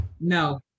No